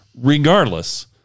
regardless